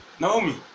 Naomi